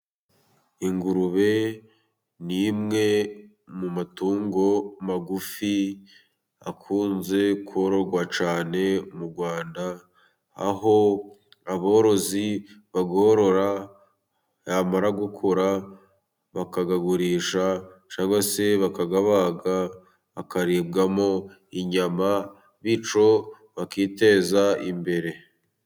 Ingurube ni imwe mu matungo magufi akunze kororwa cyane mu Rwanda, aho aborozi bayorora yamara gukura bakayagurisha cyangwa se bakayabaga akaribwamo inyama, bityo bakiteza imbere.